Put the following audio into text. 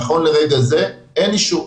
נכון לרגע זה אין אישור.